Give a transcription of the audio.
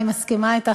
אני מסכימה אתך,